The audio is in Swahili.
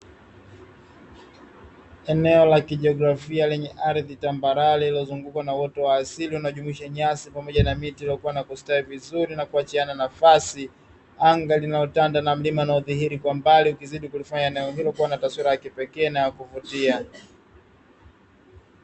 Eneo la kijiografia lenye ardhi tambarare lililozungukwa na uoto wa asili unaojumisha nyasi pamoja na miti iliyopandwa na kustawi vizuri na kuachiana nafasi, anga linalotanda na mlima unaodhihiri kwa mbali ukizidi kulifanya eneo hilo kuwa na taswira ya kipekee na ya kuvutia.